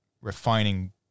refining